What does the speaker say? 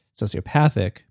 sociopathic